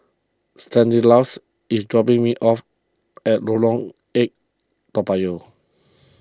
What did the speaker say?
Stanislaus is dropping me off at Lorong eight Toa Payoh